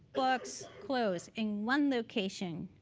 books, clothes, in one location,